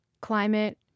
climate